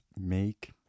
make